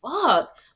fuck